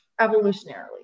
evolutionarily